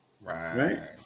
Right